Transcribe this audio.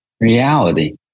reality